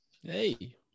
hey